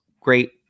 Great